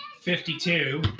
fifty-two